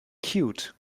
cute